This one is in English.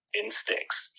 instincts